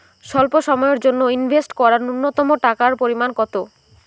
স্বল্প সময়ের জন্য ইনভেস্ট করার নূন্যতম টাকার পরিমাণ কত?